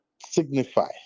signify